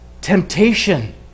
temptation